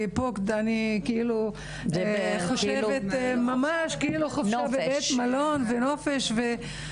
ויש ממש מחשבה על חופשה של נופש בבית מלון,